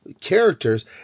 characters